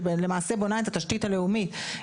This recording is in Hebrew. שלמעשה בונה את התשתית הלאומית,